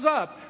up